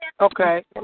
okay